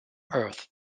earth